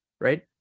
right